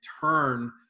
turn